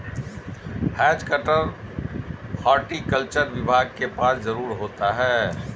has cutter horticulture विभाग के पास जरूर होता है